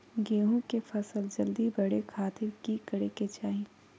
गेहूं के फसल जल्दी बड़े खातिर की करे के चाही?